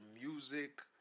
music